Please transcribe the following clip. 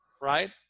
right